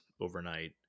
overnight